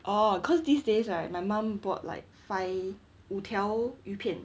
orh cause these days right my mum bought like five 五条鱼片